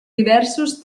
diversos